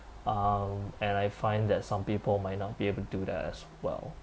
um and I find that some people might not be able to do that as well